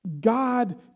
God